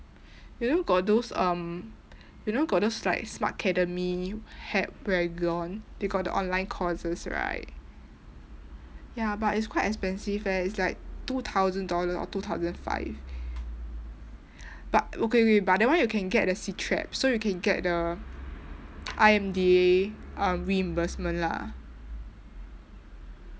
you know got those um you know got those like smartcademy hackwagon they got the online courses right ya but it's quite expensive eh it's like two thousand dollar or two thousand five but okay okay but that one you can get the CITREP so you can get the I_M_D_A uh reimbursement lah